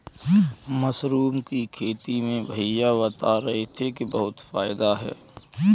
mushroom की खेती में भैया बता रहे थे कि बहुत फायदा है